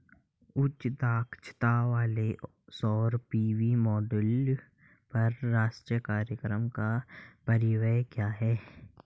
उच्च दक्षता वाले सौर पी.वी मॉड्यूल पर राष्ट्रीय कार्यक्रम का परिव्यय क्या है?